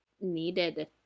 needed